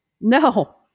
No